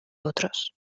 otros